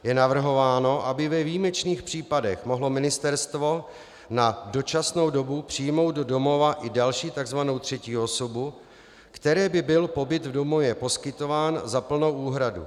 Je navrhováno, aby ve výjimečných případech mohlo ministerstvo na dočasnou dobu přijmout do domova i další, takzvanou třetí osobu, které by byl pobyt v domově poskytován za plnou úhradu.